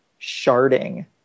sharding